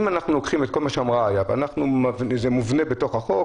אם אנחנו לוקחים את כל מה שאמרה סנ"צ גורצקי וזה מובנה בתוך החוק,